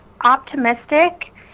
optimistic